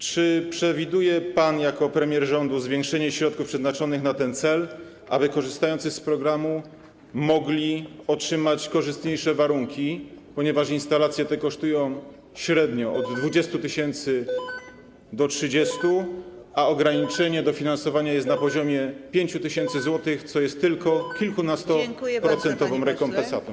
Czy przewiduje pan jako premier rządu zwiększenie środków przeznaczonych na ten cel, aby korzystający z programu mogli otrzymać korzystniejsze warunki, ponieważ instalacje te kosztują średnio od 20 tys. do 30 tys., a ograniczenie dofinansowania jest na poziomie 5 tys. zł, co jest tylko kilkunastoprocentową rekompensatą?